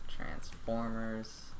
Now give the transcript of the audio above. Transformers